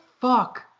fuck